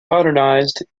modernized